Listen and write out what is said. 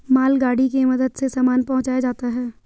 मालगाड़ी के मदद से सामान पहुंचाया जाता है